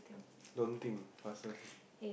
don't think faster say